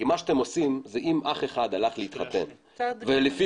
כי מה שאתם עושים זה אם אח אחד הלך להתחתן ולפי